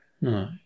No